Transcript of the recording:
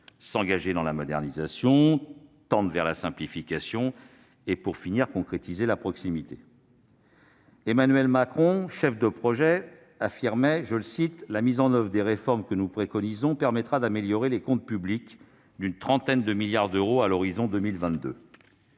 s'engager dans la modernisation, tendre vers la simplification et, pour finir, concrétiser la proximité. Emmanuel Macron, chef de projet, affirmait :« La mise en oeuvre des réformes que nous préconisons permettra d'améliorer les comptes publics d'une trentaine de milliards d'euros à l'horizon 2022.